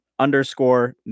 underscore